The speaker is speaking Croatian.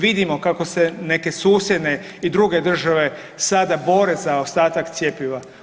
Vidimo kako se neke susjedne i druge države sada bore za ostatak cjepiva.